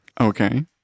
Okay